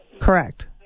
correct